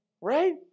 right